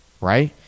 right